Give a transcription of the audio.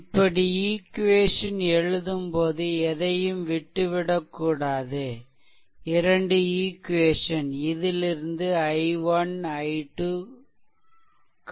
இப்படி ஈக்வேஷன் எழுதும்போது எதையும் விட்டுவிடக்கூடாது இரண்டு ஈக்வேஷன் இதிலிருந்து i1 i2 ஐ காணலாம்